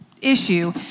issue